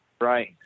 right